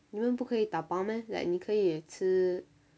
你们不可以打包 meh like 你可以吃